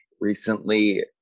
recently